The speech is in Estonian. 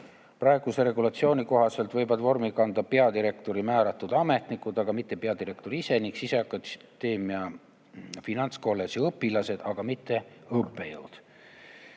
Praeguse regulatsiooni kohaselt võivad vormi kanda peadirektori määratud ametnikud, aga mitte peadirektor ise, ning Siseakaitseakadeemia finantskolledži õpilased, aga mitte õppejõud.